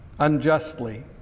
unjustly